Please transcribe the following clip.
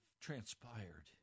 transpired